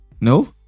no